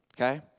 okay